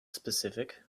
specific